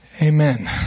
Amen